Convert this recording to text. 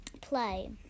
play